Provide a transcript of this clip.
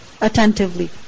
attentively